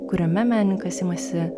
kuriame menininkas imasi